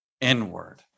inward